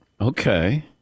Okay